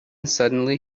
suddenly